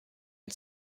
and